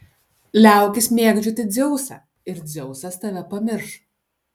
liaukis mėgdžioti dzeusą ir dzeusas tave pamirš